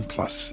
Plus